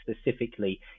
specifically